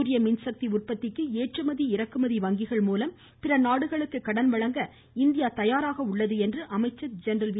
சூரிய மின்சக்தி உற்பத்திக்கு ஏற்றுமதி இறக்குமதி வங்கிமூலம் பிற நாடுகளுக்கு கடன் வழங்க இந்தியா தயாராக உள்ளது என்று அமைச்சர் ஜெனரல் வி